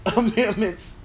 amendments